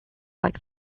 like